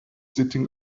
sitting